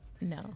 no